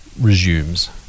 resumes